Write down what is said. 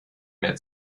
mehr